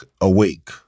awake